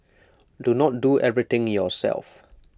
do not do everything yourself